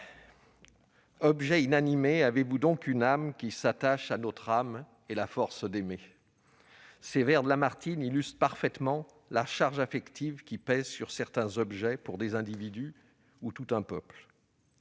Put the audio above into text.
« Objets inanimés, avez-vous donc une âme / Qui s'attache à notre âme et l'oblige d'aimer ?» Ces vers de Lamartine illustrent parfaitement la charge affective pesant, pour des individus ou tout un peuple,